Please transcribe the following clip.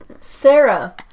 Sarah